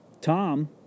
Tom